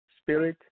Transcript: spirit